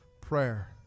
prayer